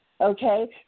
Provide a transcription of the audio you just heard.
Okay